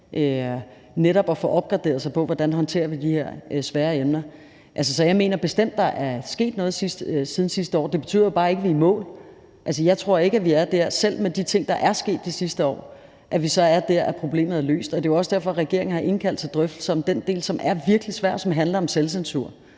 netop at blive opgraderet i, hvordan vi håndterer de her svære emner. Så jeg mener bestemt, der er sket noget siden sidste år. Det betyder jo bare ikke, at vi er i mål. Jeg tror ikke, at vi selv med de ting, der er sket det sidste år, er der, hvor problemet er løst, og det er jo også derfor, regeringen har indkaldt til drøftelser om den del, som er virkelig svær, og som handler om selvcensur.